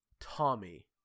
Tommy